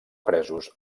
presos